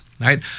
right